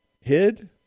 hid